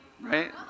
Right